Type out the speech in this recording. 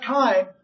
time